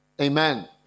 amen